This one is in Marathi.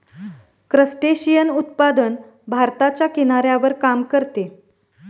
क्रस्टेशियन उत्पादन भारताच्या किनाऱ्यावर काम करते